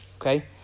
Okay